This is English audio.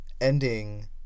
Ending